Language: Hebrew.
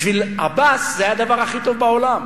בשביל עבאס זה היה הדבר הכי טוב בעולם,